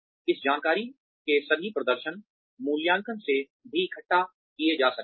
इस जानकारी के सभी प्रदर्शन मूल्यांकन से भी इकट्ठा किया जा सकता है